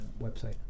website